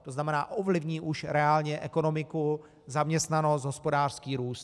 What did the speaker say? To znamená, ovlivní už reálně ekonomiku, zaměstnanost, hospodářský růst.